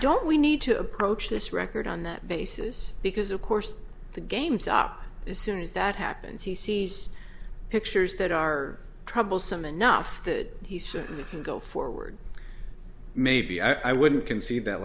don't we need to approach this record on that basis because of course the game's up as soon as that happens he sees pictures that are troublesome enough that he certainly can go forward maybe i wouldn't concede that